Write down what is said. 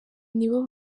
nibo